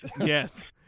Yes